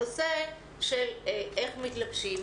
הנושא של איך מתלבשים,